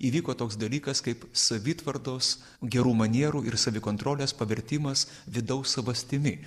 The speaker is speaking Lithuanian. įvyko toks dalykas kaip savitvardos gerų manierų ir savikontrolės pavertimas vidaus savastimi